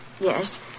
Yes